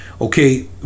Okay